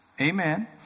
Amen